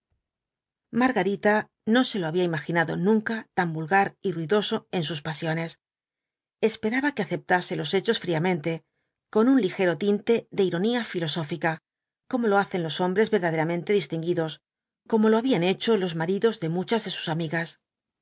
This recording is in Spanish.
margarita no se lo había imaginado nunca tan vulgar y ruidoso en sus pasiones esperaba que aceptase los hechos fríamente con un ligero tinte de ironía filosófica como lo hacen los hombres verdaderamente distinguidos como lo habían hecho los maridos de muchas de sus amigas